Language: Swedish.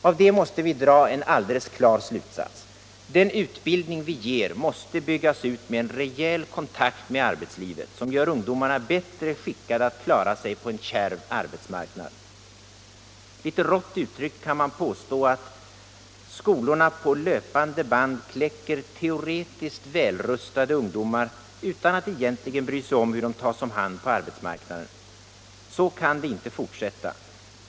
Av detta måste vi dra en alldeles klar slutsats: Den utbildning vi ger måste byggas ut med en rejäl kontakt med arbetslivet, som gör ungdomarna bättre skickade att klara sig på en kärv arbetsmarknad. Lite rått uttryckt kan man påstå att skolorna på löpande band kläcker teoretiskt välrustade ungdomar utan att egentligen bry sig om hur de tas om hand på arbetsmarknaden. Så kan vi inte fortsätta.